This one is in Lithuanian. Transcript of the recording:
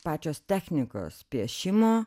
pačios technikos piešimo